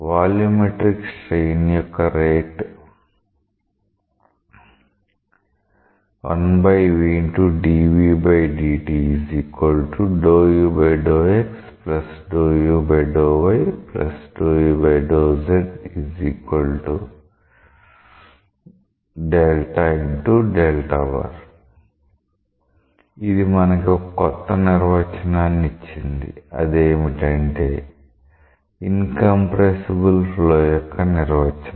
volumetric strain యొక్క rate ఇది మనకి ఒక కొత్త నిర్వచనాన్ని ఇచ్చింది అదేమిటంటే ఇన్కంప్రెసిబుల్ ఫ్లో యొక్క నిర్వచనం